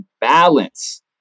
balance